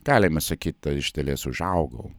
galima sakyt iš dalies užaugau